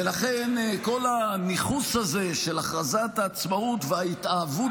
ולכן כל הניכוס הזה של הכרזת העצמאות וההתאהבות